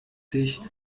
sich